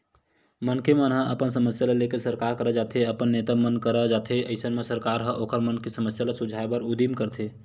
मनखे मन ह अपन समस्या ल लेके सरकार करा जाथे अपन नेता मन करा जाथे अइसन म सरकार ह ओखर मन के समस्या ल सुलझाय बर उदीम करथे